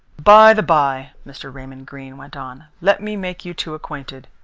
by-the-bye, mr. raymond greene went on, let me make you two acquainted.